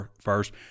first